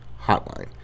hotline